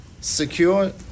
secure